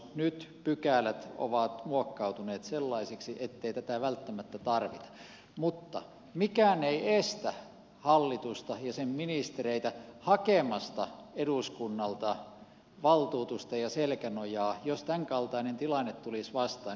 nyt pykälät ovat muokkautuneet sellaisiksi ettei tätä välttämättä tarvita mutta mikään ei estä hallitusta ja sen ministereitä hakemasta eduskunnalta valtuutusta ja selkänojaa jos tämänkaltainen tilanne tulisi vastaan